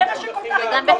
זה מה שכל כך מקומם.